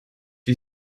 you